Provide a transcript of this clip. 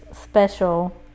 special